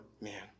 man